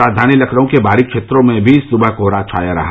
राजघानी लखनऊ के बाहरी क्षेत्रों में भी सुबह कोहरा छाया रहा